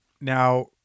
Now